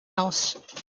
else